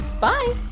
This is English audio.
Bye